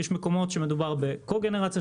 יש מקומות שמדובר בקו-גנרציה,